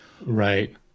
Right